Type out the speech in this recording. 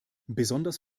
besonders